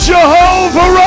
Jehovah